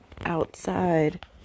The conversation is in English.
outside